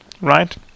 Right